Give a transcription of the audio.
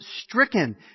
stricken